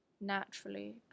naturally